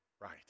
right